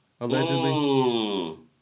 allegedly